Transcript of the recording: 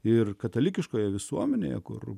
ir katalikiškoje visuomenėje kur